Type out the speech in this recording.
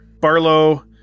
Barlow